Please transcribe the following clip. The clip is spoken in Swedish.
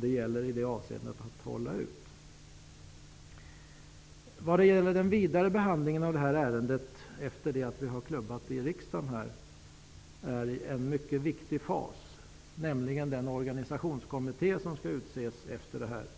Det gäller att i det avseendet hålla ut. Den vidare behandlingen av ärendet, efter det att vi klubbat det i riksdagen, är en mycket viktig fas: en organisationskommitté skall tillsättas.